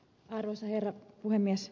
arvoisa herra puhemies